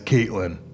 Caitlin